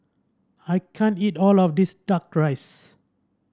I can't eat all of this duck rice